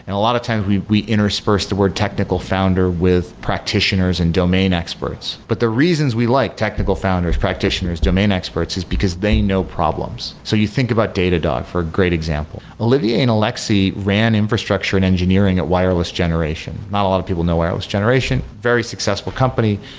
and a lot of times we we interspersed the word technical founder with practitioners and domain experts, but the reasons we like technical founders, practitioners, domain experts, is because they know problems. so you think about datadog for a great example. olivier and alexi ran infrastructure and engineering at wireless generation. not a lot of people know wireless generation, very successful company.